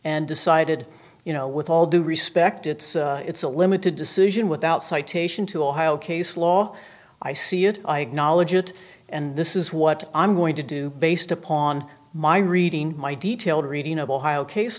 and decided you know with all due respect it's a limited decision without citation to ohio case law i see it i acknowledge it and this is what i'm going to do based upon my reading my detailed reading of ohio case